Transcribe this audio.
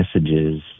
messages